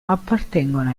appartengono